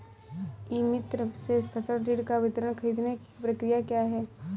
ई मित्र से फसल ऋण का विवरण ख़रीदने की प्रक्रिया क्या है?